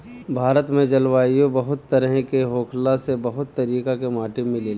भारत में जलवायु बहुत तरेह के होखला से बहुत तरीका के माटी मिलेला